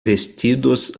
vestidos